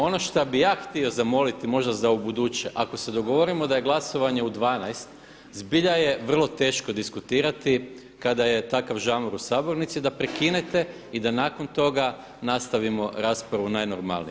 Ono što bih ja htio zamoliti možda za ubuduće, ako se dogovorimo da je glasovanje u 12, zbilja je vrlo teško diskutirati kada je takav žamor u sabornici da prekinete i da nakon toga nastavimo raspravu najnormalnije.